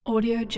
Audio